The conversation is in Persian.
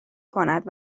کند